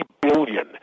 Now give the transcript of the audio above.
billion